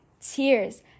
tears